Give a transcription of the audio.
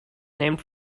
named